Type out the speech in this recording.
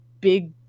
big